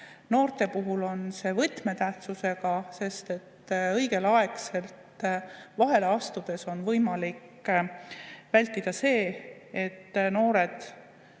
Noorte puhul on see võtmetähtsusega, sest õigeaegselt vahele astudes on võimalik vältida seda, et noored